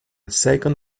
second